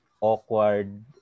awkward